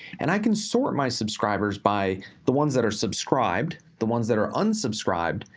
and i can sort my subscribers by the ones that are subscribed, the ones that are unsubscribed,